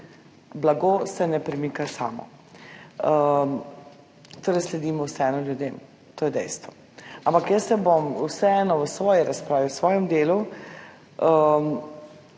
Blago se ne premika samo, torej vseeno sledimo ljudem, to je dejstvo. Ampak jaz se bom vseeno v svoji razpravi, v svojem